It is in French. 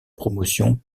promotion